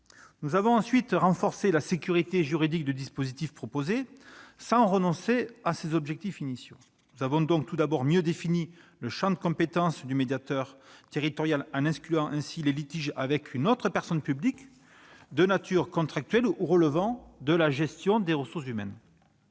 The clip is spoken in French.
Nous avons ensuite renforcé la sécurité juridique du dispositif proposé, sans renoncer à ses objectifs. Pour cela, nous avons mieux défini le champ de compétences du médiateur territorial, en excluant les litiges avec une autre personne publique, de nature contractuelle ou relevant de la gestion des ressources humaines.